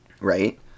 Right